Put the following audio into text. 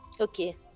okay